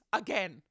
again